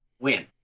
win